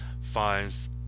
finds